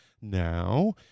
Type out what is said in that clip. Now